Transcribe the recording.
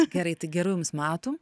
gerai tai gerų jums metų